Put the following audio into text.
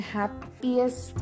happiest